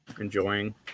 enjoying